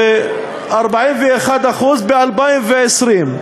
ו-41% ב-2020.